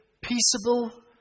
Peaceable